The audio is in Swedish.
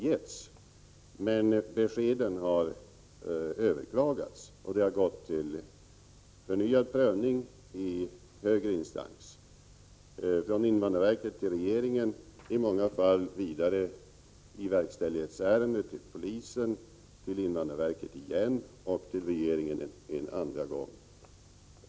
Men beskeden har överklagats, och ärendet har gått till förnyad prövning i högre instans — från invandrarverket till regeringen och om det är fråga om verkställighetsärenden går de i många fall vidare till polisen, till invandrarverket igen och till regeringen en andra gång.